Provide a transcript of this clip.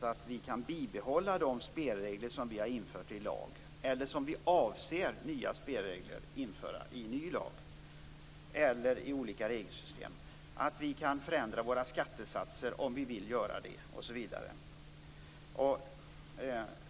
så att vi kan behålla de spelregler som vi har infört i lag eller de nya spelregler som vi avser att införa i ny lag eller i olika regelsystem. Det är också viktigt att vi kan förändra våra skattesatser om vi vill göra det.